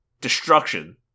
Destruction